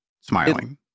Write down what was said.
smiling